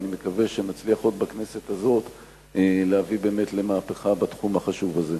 ואני מקווה שנצליח עוד בכנסת הזאת להביא למהפכה בתחום החשוב הזה.